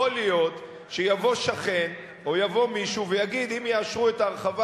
יכול להיות שיבוא שכן או יבוא מישהו ויגיד: אם יאשרו את ההרחבה